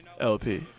LP